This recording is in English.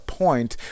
point